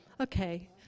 Okay